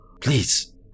Please